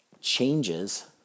changes